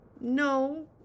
No